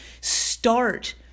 start